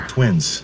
Twins